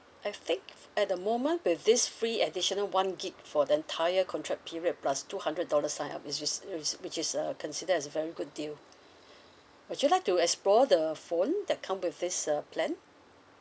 I think at the moment with this free additional one gig for the entire contract period plus two hundred dollar sign up which is which which is uh consider as a very good deal would you like to explore the phone that come with this uh plan